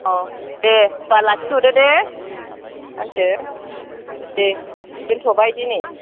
औ दे होमबा लाखिथ'दो दे आनैसो दे दोन्थ'बाय दिनै